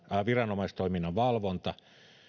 viranomaistoiminnan valvonta